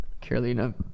Carolina